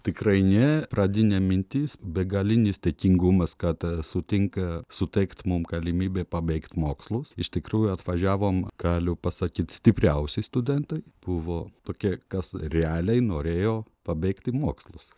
tikrai ne pradinė mintis begalinis dėkingumas kad sutinka suteikt mum galimybę pabaigt mokslus iš tikrųjų atvažiavome galiu pasakyt stipriausi studentai buvo tokie kas realiai norėjo pabaigti mokslus